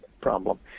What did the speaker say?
problem